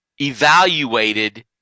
evaluated